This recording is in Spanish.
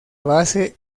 base